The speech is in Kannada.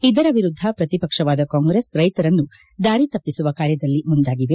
ಇದರ ವಿರುದ್ದ ಪ್ರತಿಪಕ್ಷವಾದ ಕಾಂಗ್ರೆಸ್ ರೈತರನ್ನು ದಾರಿತಪ್ಪಿಸುವ ಕಾರ್ಯದಲ್ಲಿ ಮುಂದಾಗಿದೆ